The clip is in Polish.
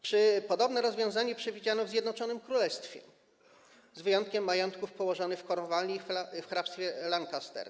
Podobne rozwiązanie przewidziano w całym Zjednoczonym Królestwie z wyjątkiem majątków położonych w Kornwalii oraz w hrabstwie Lancaster.